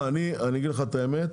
אני אגיד לך את האמת,